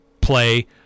play